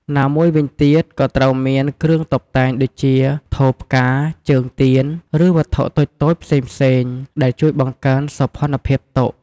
ណាមួយវិញទៀតក៏ត្រូវមានគ្រឿងតុបតែងដូចជា ថូផ្កា ជើងទៀន ឬវត្ថុតូចៗផ្សេងៗ ដែលជួយបង្កើនសោភ័ណភាពតុ។